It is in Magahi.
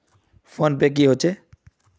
फ़ोन पै की होचे?